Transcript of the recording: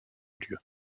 lieu